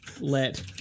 let